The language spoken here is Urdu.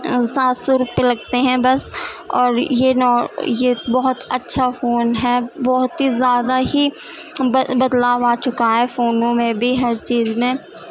سات سو روپئے لگتے ہیں بس اور یہ نا یہ بہت اچھا فون ہے بہت ہی زیادہ ہی بد بدلاؤ آ چکا ہے فونوں میں بھی ہر چیز میں